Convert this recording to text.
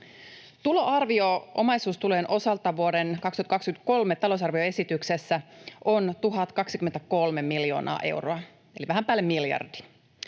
Tuloarvio omaisuustulojen osalta vuoden 2023 talousarvioesityksessä on 1 023 miljoonaa euroa eli vähän päälle miljardin.